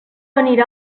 anirà